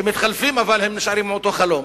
שהם מתחלפים אבל הם נשארים עם אותו חלום.